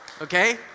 Okay